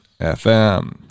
FM